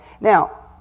Now